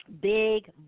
big